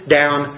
down